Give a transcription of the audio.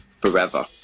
forever